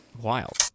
Wild